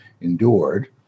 endured